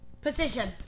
position